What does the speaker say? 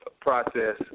process